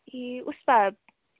ए